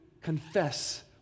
confess